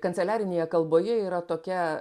kanceliarinėje kalboje yra tokia